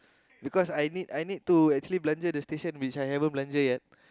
because I need I need to actually belanja the station which I haven't belanja yet